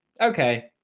okay